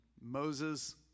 Moses